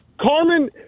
Carmen